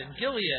Gilead